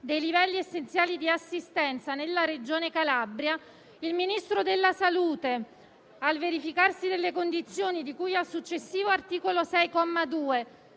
dei livelli essenziali di assistenza nella Regione Calabria, il Ministro della salute, al verificarsi delle condizioni di cui al successivo articolo 6,